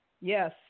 Yes